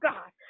God